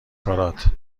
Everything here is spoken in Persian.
کارات